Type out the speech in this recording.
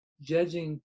judging